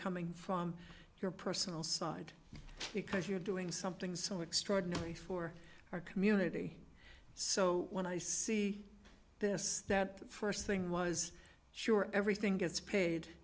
coming from your personal side because you're doing something so extraordinary for our community so when i see this that first thing was sure everything gets paid